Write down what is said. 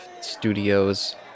studios